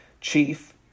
chief